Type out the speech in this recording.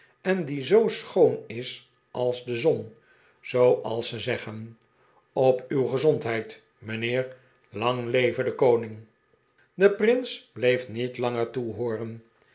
en die zoo schoon is als de zon zooals ze zeggen op uw gezondheid mijnheer lang leve de koning de prins bleef niet langer